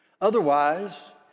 Otherwise